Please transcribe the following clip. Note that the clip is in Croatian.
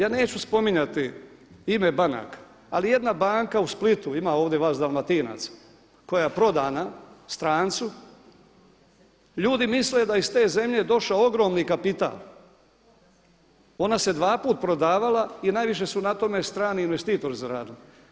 Ja neću spominjati ime banaka, ali jedna banka u Splitu, ima ovdje vas Dalmatinaca, koja je prodana strancu ljudi misle da je iz te zemlje došao ogromni kapital, ona se dva puta prodavala i najviše su na tome strani investitori zaradili.